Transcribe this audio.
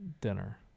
dinner